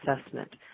assessment